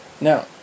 Now